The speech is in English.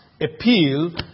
appeal